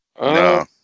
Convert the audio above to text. No